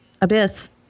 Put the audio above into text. abyss